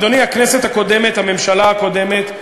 אדוני, הכנסת הקודמת, הממשלה הקודמת,